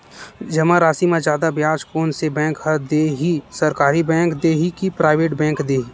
जमा राशि म जादा ब्याज कोन से बैंक ह दे ही, सरकारी बैंक दे हि कि प्राइवेट बैंक देहि?